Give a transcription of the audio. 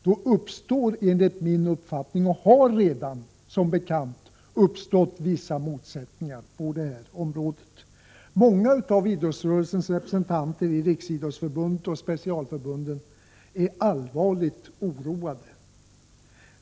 Då uppstår enligt min uppfattning, och har redan som bekant uppstått, vissa motsättningar på det här området. Många av idrottsrörelsens representanter i Riksidrottsförbundet och i specialförbunden är allvarligt oroade.